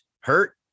hurt